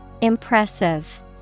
Impressive